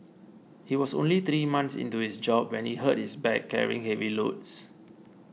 he was only three months into his job when he hurt his back carrying heavy loads